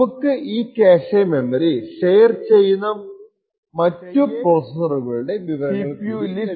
നമുക്ക് ഈ cache memory share ചെയ്യുന്ന മറ്റു പ്രോസെസ്സറുകളുടെ വിവരങ്ങൾ കൂടി ലഭിക്കുന്നതാണ്